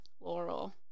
Laurel